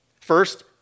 First